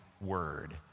word